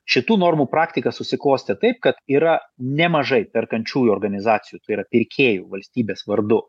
šitų normų praktika susiklostė taip kad yra nemažai perkančiųjų organizacijų tai yra pirkėjų valstybės vardu